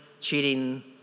cheating